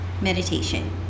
meditation